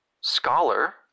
scholar